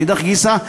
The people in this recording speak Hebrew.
מאידך גיסא,